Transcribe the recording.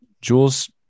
Jules